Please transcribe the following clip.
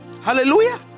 Hallelujah